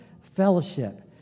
fellowship